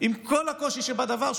עם כל הקושי שבדבר,